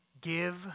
Give